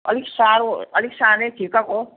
अलिक सानो अलिक सानै ठिक्कको